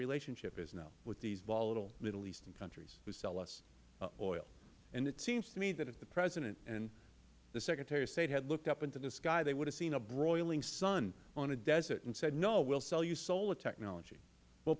relationship is now with these volatile middle eastern countries to sell us oil and it seems to me that if the president and secretary of state had looked up into the sky they would have seen a broiling sun on the desert and said no we will sell you solar technology we